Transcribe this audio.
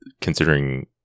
considering